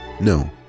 No